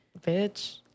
Bitch